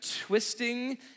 twisting